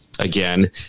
Again